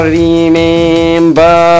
remember